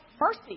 mercy